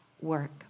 work